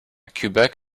quebec